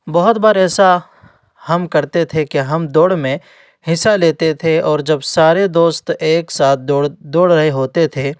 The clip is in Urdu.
بہت بار ایسا ہم کرتے تھے کہ ہم دوڑ میں حصہ لیتے تھے اور جب سارے دوست ایک ساتھ دوڑ دوڑ رہے ہوتے تھے